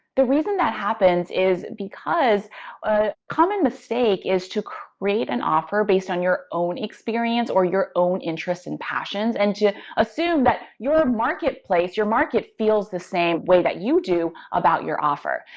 the reason that happens is because a common mistake is to create an offer based on your own experience or your own interests and passions, and to assume that your marketplace, your market feels the way that you do about your offer.